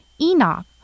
Enoch